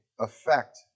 affect